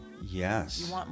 Yes